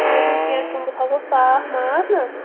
ؤلِو کیٚنٛہہ چھُنہٕ بہٕ تھاوو صاف ماز نا